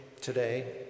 today